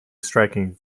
striking